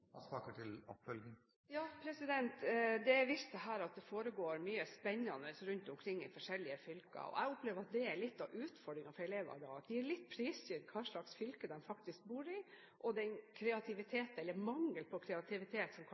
Det er her vist til at det foregår mye spennende rundt omkring i forskjellige fylker. Jeg opplever at det er litt av utfordringen for elever i dag. De er prisgitt hvilket fylke de faktisk bor i, og kreativiteten eller mangel på kreativitet som